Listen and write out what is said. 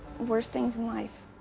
worst things in life.